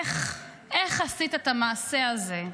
איך, איך עשית את המעשה הזה?